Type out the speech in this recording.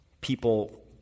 people